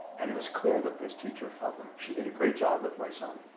and it was clear that this teacher felt like she did a great job with my son.